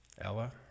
Ella